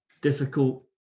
difficult